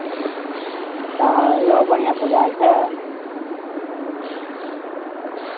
तऽ ओहो बढ़िआँ पूजा होइ छै ह्म्म